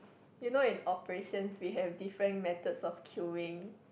you know in operations we have different methods of queuing